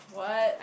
what